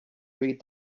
read